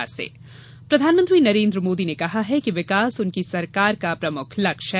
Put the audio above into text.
प्रधानमंत्री प्रधानमंत्री नरेन्द्र मोदी ने कहा है कि विकास उनकी सरकार का प्रमुख लक्ष्य है